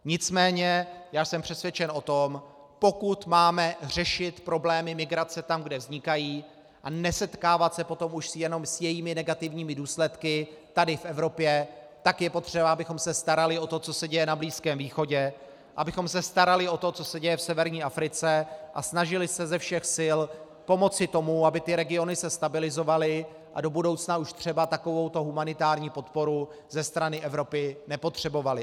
Nicméně já jsem přesvědčen o tom, pokud máme řešit problémy migrace tam, kde vznikají, a nesetkávat se potom už s jejími negativními důsledky tady v Evropě, tak je potřeba, abychom se starali o to, co se děje na Blízkém východě, abychom se starali o to, co se děje v severní Africe, a snažili se ze všech sil pomoci tomu, aby se ty regiony stabilizovaly a do budoucna už třeba takovouto humanitární podporu ze strany Evropy nepotřebovaly.